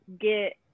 get